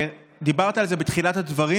ודיברת על זה בתחילת הדברים,